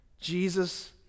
Jesus